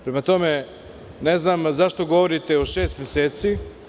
Prema tome, ne znam zašto govorite o šest meseci?